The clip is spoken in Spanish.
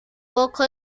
poco